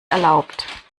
erlaubt